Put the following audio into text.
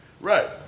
Right